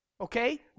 Okay